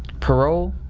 parole,